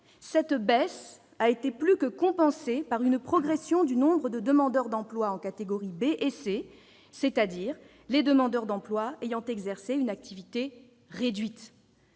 cette baisse a été plus que compensée par une progression du nombre de demandeurs d'emploi en catégories B et C, c'est-à-dire des demandeurs d'emploi ayant exercé une activité réduite.